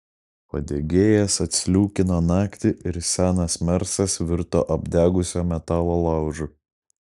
padegėjas atsliūkino naktį ir senas mersas virto apdegusio metalo laužu